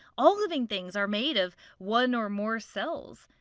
all living things are made of one or more cells!